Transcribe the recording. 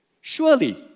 Surely